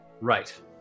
Right